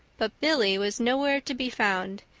but billy was nowhere to be found,